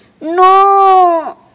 No